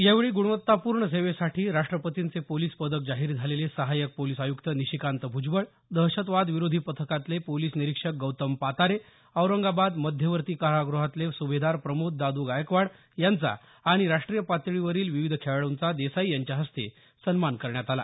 यावेळी गुणवत्तापूर्ण सेवेसाठी राष्ट्रपतींचे पोलिस पदक जाहीर झालेले सहायक पोलिस आयुक्त निशिकांत भ्जबळ दहशतवाद विरोधी पथकातले पोलिस निरीक्षक गौतम पातारे औरंगाबाद मध्यवर्ती काराग्रहातले सुभेदार प्रमोद दाद् गायकवाड यांचा आणि राष्ट्रीय पातळीवरील विविध खेळाडूंचा देसाई यांच्या हस्ते सन्मान करण्यात आला